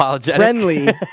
friendly